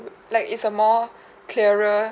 w~ like it's a more clearer